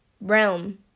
realm